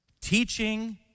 teaching